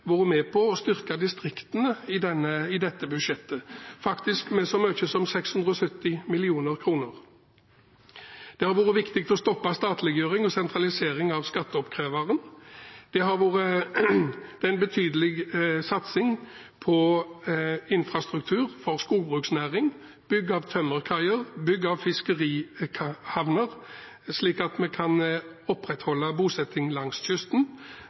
være med på å styrke distriktene i dette budsjettet, faktisk med så mye som 670 mill. kr. Det har vært viktig å stoppe statliggjøring og sentralisering av skatteoppkreveren, det er en betydelig satsing på infrastruktur for skogbruksnæring, bygg av tømmerkaier og bygg av fiskerihavner, slik at vi kan opprettholde bosetting langs kysten,